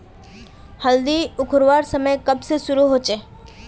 हल्दी उखरवार समय कब से शुरू होचए?